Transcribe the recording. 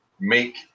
make